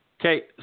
Okay